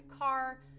car